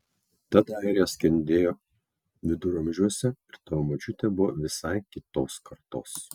tada airija skendėjo viduramžiuose ir tavo močiutė buvo visai kitos kartos